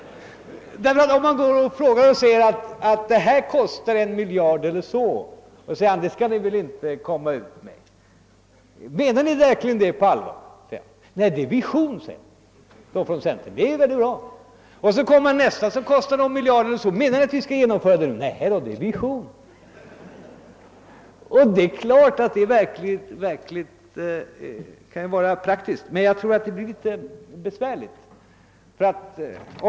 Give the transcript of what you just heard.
Om man påpekar att genomförandet av ett förslag kostar kanske en miljard kronor och frågar om centerpartiet verkligen på allvar menar att dessa medel skall anslås, säger dess företrädare: »Nej, det är fråga om en vision.» Om man tar upp nästa förslag av centerpartiet, som kanske också kostar ungefär en miljard, får man samma svar: »Nej, det är en vision.» Visst kan detta vara ett praktiskt sätt att handla, men jag tror att det är besvärligt.